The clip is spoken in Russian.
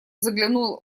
заглянул